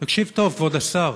תקשיב טוב, כבוד השר,